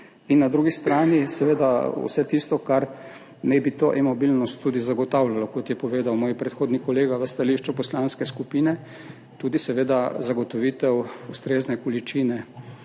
in na drugi strani seveda vse tisto, kar naj bi to e-mobilnost tudi zagotavljalo, kot je povedal moj predhodnik, kolega, v stališču poslanske skupine, tudi seveda zagotovitev ustrezne količine